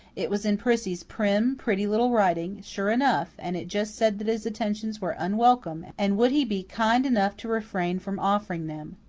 it was in prissy's prim, pretty little writing, sure enough, and it just said that his attentions were unwelcome, and would he be kind enough to refrain from offering them.